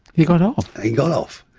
he got off? he got off,